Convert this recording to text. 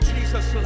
Jesus